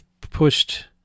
pushed